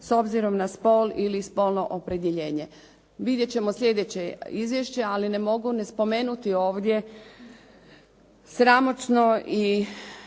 s obzirom na spol ili spolno opredjeljenje. Vidjet ćemo sljedeće izvješće, ali ne mogu ne spomenuti ovdje sramotno i